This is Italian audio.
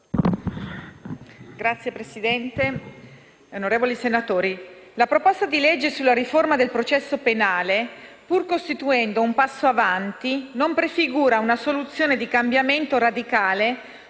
Signor Presidente, onorevoli senatori, la proposta di legge di riforma del processo penale, pur costituendo un passo in avanti, non prefigura una soluzione di cambiamento radicale